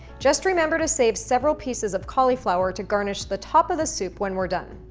just remember to save several pieces of cauliflower to garnish the top of the soup when we're done.